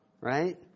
right